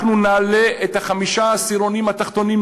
אנחנו נעלה את חמשת העשירונים התחתונים,